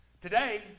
Today